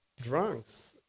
drunks